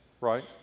right